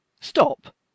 Stop